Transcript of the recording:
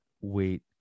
wait